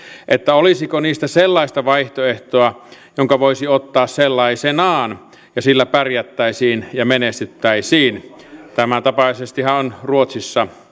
olisiko niissä sellaista vaihtoehtoa jonka voisi ottaa sellaisenaan ja jolla pärjättäisiin ja menestyttäisiin tämäntapaisestihan on ruotsissa